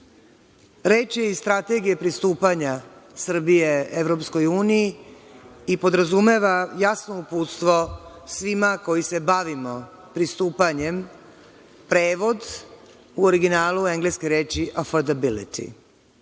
Reč je iz Strategije pristupanja Srbije Evropskoj uniji i podrazumeva jasno uputstvo svima koji se bavimo pristupanjem, prevod u originalu engleske reči „affordability“,